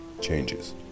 Changes